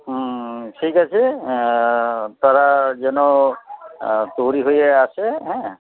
হুম ঠিক আছে তারা যেন তৈরি হয়ে আসে হ্যাঁ